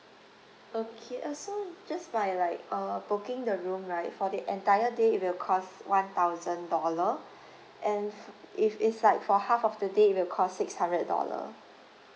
okay uh so just by like uh booking the room right for the entire day it will cost one thousand dollar and if it's like for half of the day it will cost six hundred dollar